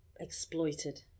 exploited